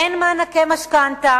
אין מענקי משכנתה,